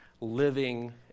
living